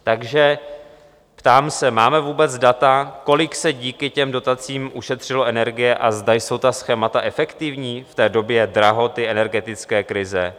Takže se ptám: Máme vůbec data, kolik se díky těm dotacím ušetřilo energie a zda jsou ta schémata efektivní v té době drahoty energetické krize?